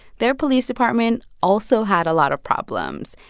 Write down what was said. their police department also had a lot of problems.